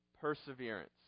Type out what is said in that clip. perseverance